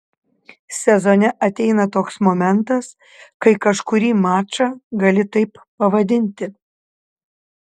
sezone ateina toks momentas kai kažkurį mačą gali taip pavadinti